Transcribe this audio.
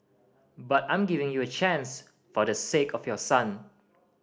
but I'm giving you a chance for the sake of your son